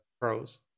pros